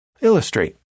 Illustrate